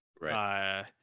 Right